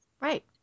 Right